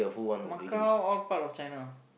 Macau all part of China